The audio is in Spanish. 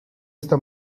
esta